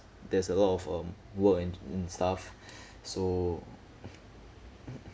there's a lot of um work and and stuff so